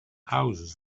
houses